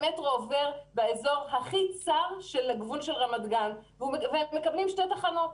המטרו עובר באזור הכי צר של הגבול של רמת גן ואז מקבלים שתי תחנות,